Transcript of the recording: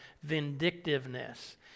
vindictiveness